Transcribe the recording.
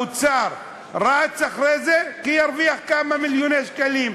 האוצר רץ אחרי זה כי ירוויח כמה מיליוני שקלים,